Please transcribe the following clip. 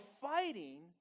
fighting